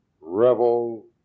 revel